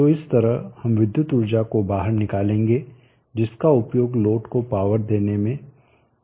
तो इस तरह हम विद्युत ऊर्जा को बाहर निकालेंगे जिसका उपयोग लोड को पावर देने में किया जा सकता है